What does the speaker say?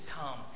come